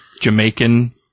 Jamaican